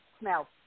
Smell